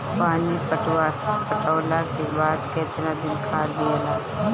पानी पटवला के बाद केतना दिन खाद दियाला?